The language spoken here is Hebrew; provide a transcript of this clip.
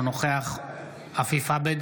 אינו נוכח עפיף עבד